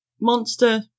monster